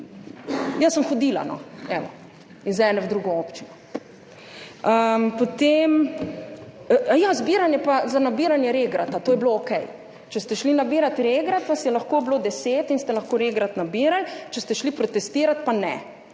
jaz sem hodila, no, evo, iz ene v drugo občino. Potem, aja, zbiranje za nabiranje regrata, to je bilo okej. Če ste šli nabirat regrat, vas je lahko bilo 10 in ste lahko regrat nabirali, če ste šli protestirat, pa ne.